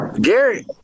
Gary